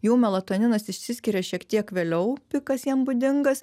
jų melatoninas išsiskiria šiek tiek vėliau pikas jiem būdingas